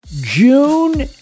June